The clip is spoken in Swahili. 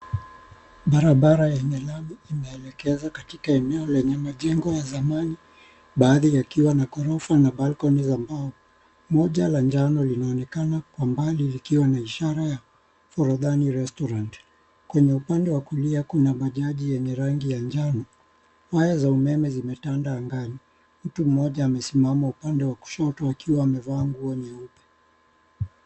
Barabara yenye lami imeelekeza katika eneo lenye majengo ya zamani baadhi yakiwa na ghorofa na balcony za mbao. Moja la njano linaonekana kwa mbali likiwa na ishara ya FORODHANI RESTAURANT. Kwenye upande wa kulia kuna bajaji yenye rangi ya njano. Waya za umeme zimetanda angani. Mtu mmoja amesimama upande wa kushoto akiwa amevaa nguo nyeupe.